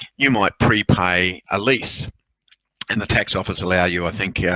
you might prepay a lease and the tax office allow you, i think, yeah